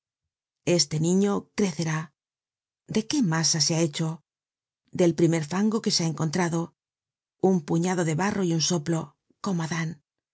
este niño crecerá de qué masa se ha hecho del primer fango que se ha encontrado un puñado de barro y un soplo como adan